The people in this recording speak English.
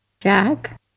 Jack